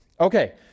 Okay